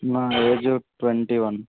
నా age twenty one